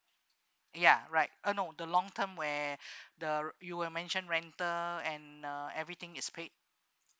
ya right uh no the long term where the re~ you were mention rental and uh everything is paid